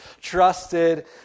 trusted